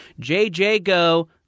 JJGO